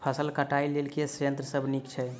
फसल कटाई लेल केँ संयंत्र सब नीक छै?